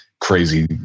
crazy